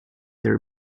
their